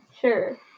Sure